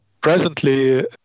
presently